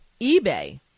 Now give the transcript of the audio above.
eBay